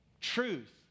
Truth